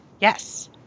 Yes